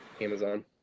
amazon